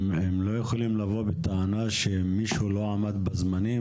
הם לא יכולים לבוא בטענה שמישהו לא עמד בזמנים